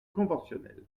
conventionnel